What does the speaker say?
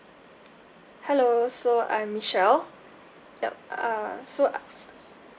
hello so I'm michelle yup uh so I